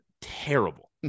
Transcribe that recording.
terrible